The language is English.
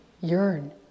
yearn